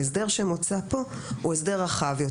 ההסדר שמוצע כאן הוא הסדר רחב יותר.